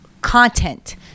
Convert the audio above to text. content